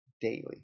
daily